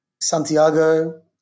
Santiago